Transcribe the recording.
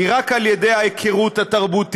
כי רק על ידי ההיכרות התרבותית,